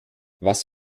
was